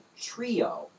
trio